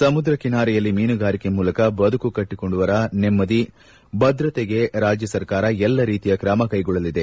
ಸಮುದ್ರ ಕಿನಾರೆಯಲ್ಲಿ ಮೀನುಗಾರಿಕೆ ಮೂಲಕ ಬದುಕು ಕಟ್ಟಿಕೊಂಡವರ ನೆಮ್ಬದಿ ಭದ್ರತೆಗೆ ರಾಜ್ಯ ಸರಕಾರ ಎಲ್ಲ ರೀತಿಯ ಕ್ರಮ ಕೈಗೊಳ್ಳಲಿದೆ